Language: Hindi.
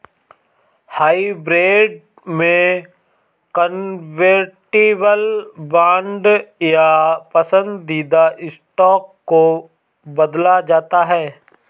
हाइब्रिड में कन्वर्टिबल बांड या पसंदीदा स्टॉक को बदला जाता है